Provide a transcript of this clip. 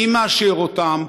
מי מאשר אותם?